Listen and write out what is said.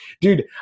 dude